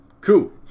Cool